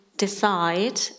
decide